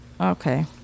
okay